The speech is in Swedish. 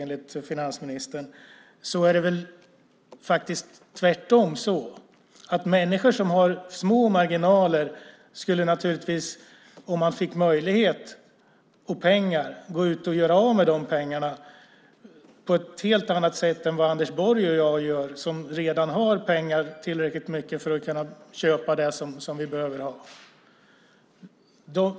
Det är väl tvärtom så att människor som har små marginaler om de fick möjlighet och pengar skulle gå ut och göra av med de pengarna på ett helt annat sätt än Anders Borg och jag gör, som redan har tillräckligt mycket pengar för att kunna köpa det som vi behöver ha.